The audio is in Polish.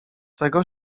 tego